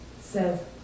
says